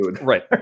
Right